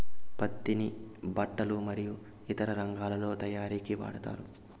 పత్తిని బట్టలు మరియు ఇతర రంగాలలో తయారీకి వాడతారు